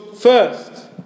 first